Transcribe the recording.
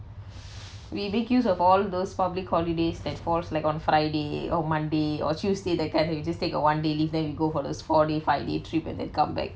will be queues of all those public holidays that falls like on friday or monday or tuesday that kind you just take a one day leave then you go for those four day five day trip and then come back